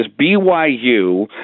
BYU